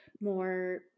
more